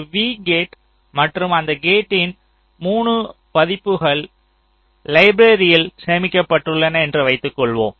ஒரு V gate மற்றும் அந்த கேட்டின் 3 பதிப்புகள் லைப்ரரியில் சேமிக்கப்பட்டுள்ளன என்று வைத்துக்கொள்வோம்